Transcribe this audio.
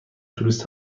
توریست